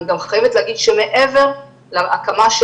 אני גם חייבת להגיד שמעבר להקמה של